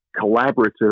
collaborative